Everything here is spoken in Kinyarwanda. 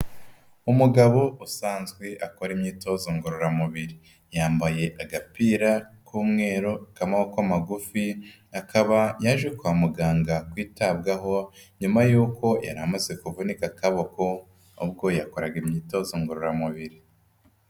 Umugabo usanzwe akora imyitozo ngororamubiri, yambaye agapira k'umweru k'amaboko magufi, akaba yaje kwa muganga kwitabwaho nyuma y'uko yari amaze kuvunika akaboko, ubwo yakoraga imyitozo ngororamubiri.